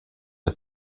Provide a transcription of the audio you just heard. the